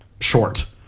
short